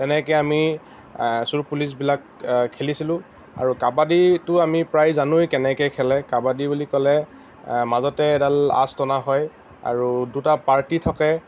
তেনেকৈ আমি চোৰ পুলিচবিলাক খেলিছিলোঁ আৰু কাবাডীটো আমি প্ৰায় জানোৱেই কেনেকৈ খেলে কাবাডী বুলি ক'লে মাজতে এডাল আঁচ টনা হয় আৰু দুটা পাৰ্টী থাকে